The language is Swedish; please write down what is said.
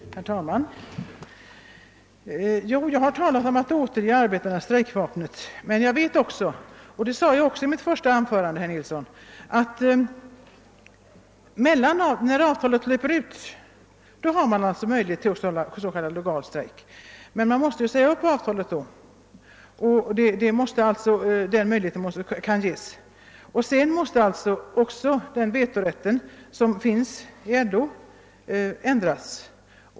Herr talman! Jo, jag har talat om att återge arbetarna strejkvapnet. Jag vet — och jag sade det för övrigt i: mitt första anförande — att arbetarna har möjlighet att företa s.k. legal strejk när avtalet löpt ut, men då måste avtalet sägas upp. Och detta görs-ytterst säl lan, det vet herr Nilsson lika väl som jag! : Den vetorätt som LO har måste ändras.